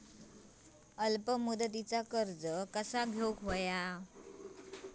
अल्प मुदतीचा कर्ज कसा घ्यायचा?